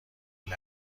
این